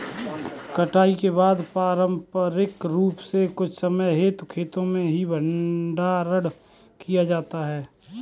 कटाई के बाद पारंपरिक रूप से कुछ समय हेतु खेतो में ही भंडारण किया जाता था